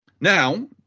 Now